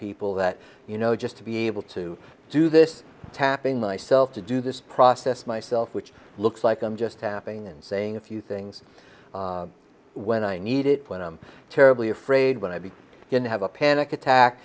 people that you know just to be able to do this tapping myself to do this process myself which looks like i'm just tapping and saying a few things when i need it when i'm terribly afraid when i'll be going to have a panic attack